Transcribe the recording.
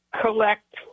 Collect